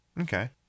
Okay